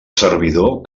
servidor